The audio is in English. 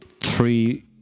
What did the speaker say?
three